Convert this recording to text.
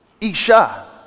Isha